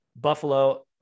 Buffalo